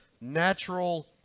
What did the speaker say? natural